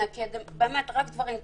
באמת רק דברים טובים,